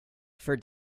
for